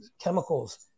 chemicals